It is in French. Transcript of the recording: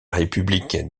république